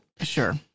Sure